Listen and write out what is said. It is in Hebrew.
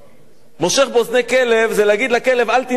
מושך באוזני כלב זה להגיד לכלב: אל תנשוך אותי.